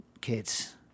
kids